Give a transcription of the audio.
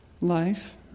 life